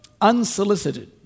unsolicited